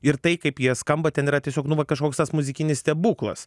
ir tai kaip jie skamba ten yra tiesiog nu va kažkoks tas muzikinis stebuklas